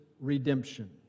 redemption